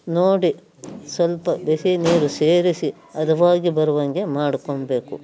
ನೋಡಿ ಸ್ವಲ್ಪ ಬಿಸಿ ನೀರು ಸೇರಿಸಿ ಹದವಾಗಿ ಬರುವಂತೆ ಮಾಡ್ಕೋಳ್ಬೇಕು